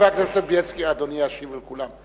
אדוני חבר הכנסת בילסקי, ואדוני ישיב לכולם.